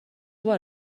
بار